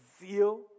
zeal